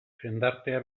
jendartea